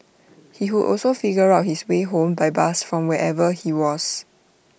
he would also figure out his way home by bus from wherever he was